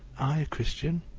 i a christian?